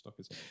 stockers